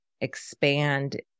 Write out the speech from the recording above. expand